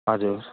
हजुर